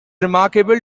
remarkable